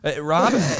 Rob